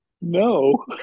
No